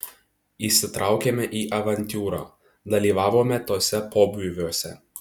įsitraukėme į avantiūrą dalyvavome tuose pobūviuose